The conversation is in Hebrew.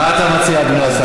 מה אתה מציע, אדוני השר?